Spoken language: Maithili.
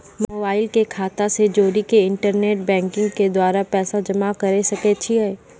मोबाइल के खाता से जोड़ी के इंटरनेट बैंकिंग के द्वारा पैसा जमा करे सकय छियै?